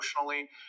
emotionally